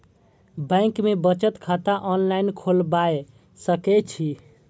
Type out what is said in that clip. Bank में बचत खाता ऑनलाईन खोलबाए सके छी?